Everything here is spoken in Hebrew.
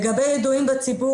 לגבי ידועים בציבור,